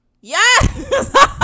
Yes